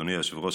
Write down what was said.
אדוני היושב-ראש,